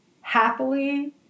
happily